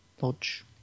Lodge